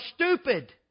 stupid